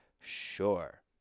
sure